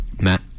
Matt